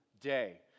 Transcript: day